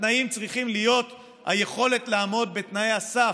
התנאים צריכים להיות היכולת לעמוד בתנאי הסף,